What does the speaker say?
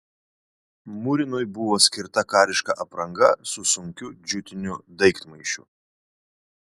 murinui buvo skirta kariška apranga su sunkiu džiutiniu daiktmaišiu